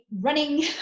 running